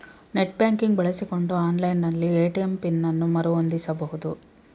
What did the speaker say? net banking ಬಳಸಿಕೊಂಡು online ನಲ್ಲಿ ATM pin ಅನ್ನು ಮರು ಹೊಂದಿಸಬಹುದು